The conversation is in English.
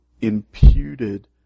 imputed